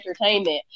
entertainment